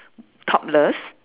topless